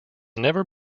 never